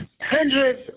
Hundreds